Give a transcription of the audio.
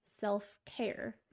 self-care